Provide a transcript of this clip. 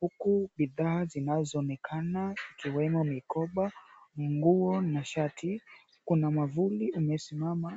huku bidhaa zinazoonekana ikiwemo mikoba, nguo na shati kuna mwavuli umesimama